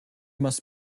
must